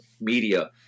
media